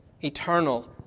eternal